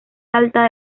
alta